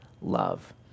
love